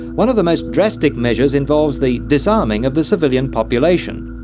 one of the most drastic measures involves the disarming of the civilian population.